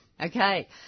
Okay